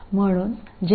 VD 0